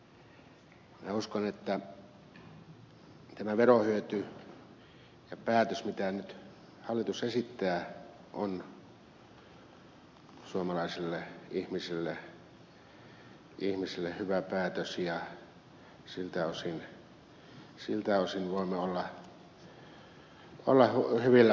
minä uskon että tämä verohyöty ja päätös mitä nyt hallitus esittää on suomalaisille ihmisille hyvä päätös ja siltä osin voimme olla hyvillämme tästä